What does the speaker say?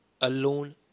alone